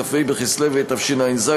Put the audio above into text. כ"ה בכסלו התשע"ז,